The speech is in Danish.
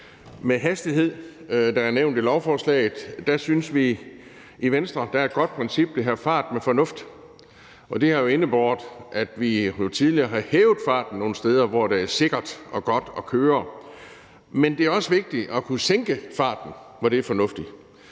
med hastighed, der er nævnt i lovforslaget, synes vi i Venstre, at der er et godt princip, der hedder fart med fornuft. Og det har jo indebåret, at vi tidligere har hævet farten nogle steder, hvor det er sikkert og godt at køre. Men det er også vigtigt at kunne sænke farten, hvor det er fornuftigt.